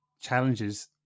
challenges